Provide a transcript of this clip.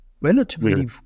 relatively